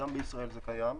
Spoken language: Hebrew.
גם בישראל זה קיים.